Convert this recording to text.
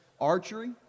archery